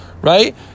Right